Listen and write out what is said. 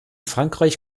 frankreich